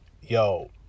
Yo